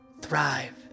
thrive